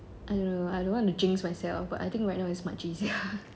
I don't know I don't want to jinx myself but I think right now it's much easier